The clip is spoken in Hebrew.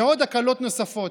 ועוד הקלות נוספות.